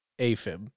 AFib